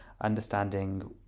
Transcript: understanding